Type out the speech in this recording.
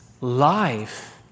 life